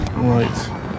right